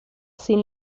sin